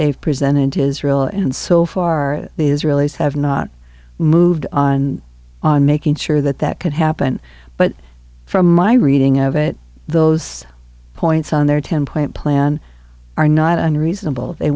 they've presented his role and so far the israelis have not moved on on making sure that that could happen but from my reading of it those points on their ten point plan are not unreasonable they